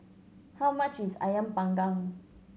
how much is Ayam Panggang